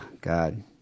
God